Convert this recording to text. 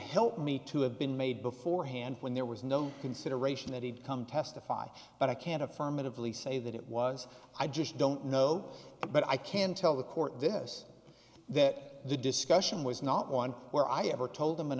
help me to have been made before hand when there was no consideration that he'd come testify but i can't affirmatively say that it was i just don't know but i can tell the court this that the discussion was not one where i ever told him an